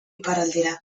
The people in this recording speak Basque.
iparraldera